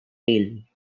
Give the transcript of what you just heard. daily